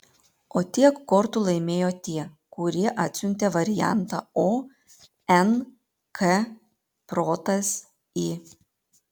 o tiek kortų laimėjo tie kurie atsiuntė variantą o n k protas i